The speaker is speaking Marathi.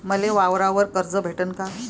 मले वावरावर कर्ज भेटन का?